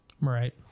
Right